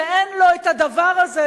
שאין לו הדבר הזה,